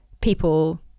people